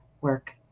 work